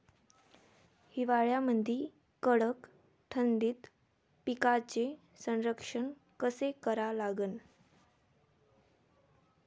हिवाळ्यामंदी कडक थंडीत पिकाचे संरक्षण कसे करा लागन?